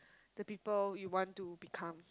the people you want to become